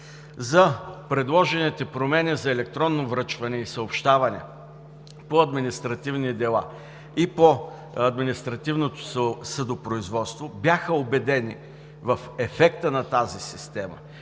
за предложените промени за електронно връчване и съобщаване по административни дела и по административното съдопроизводство бяха убедени в ефекта на тази система.